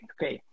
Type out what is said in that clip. Okay